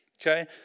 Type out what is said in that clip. okay